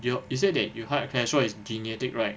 your you said that your heart attack so it's genetic right